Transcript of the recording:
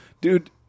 Dude